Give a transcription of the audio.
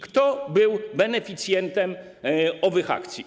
Kto był beneficjentem tych akcji?